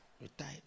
retired